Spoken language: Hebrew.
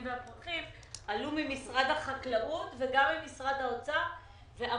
והפרחים עלו ממשרד החקלאות וממשרד האוצר ואמרו,